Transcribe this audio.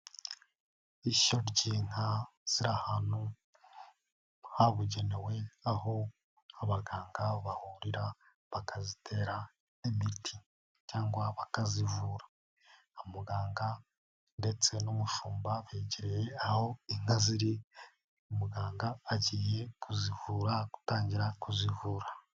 Ishyo ry'inka ziri ahantu habugenewe aho abaganga bahurira bakazitera imiti cyangwa bakazivura, umuganga ndetse n'umushumba begereye aho inka ziri, umuganga agiye kuzivura gutangira kuzivura.